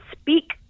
speak